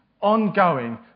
ongoing